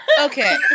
Okay